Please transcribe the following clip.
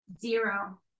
Zero